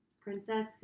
Princess